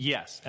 Yes